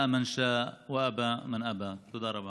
ירצה מי שירצה וימאן מי שימאן.) תודה רבה.